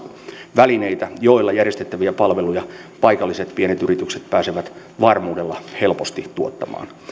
välineitä joilla järjestettäviä palveluja paikalliset pienet yritykset pääsevät varmuudella helposti tuottamaan